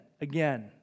again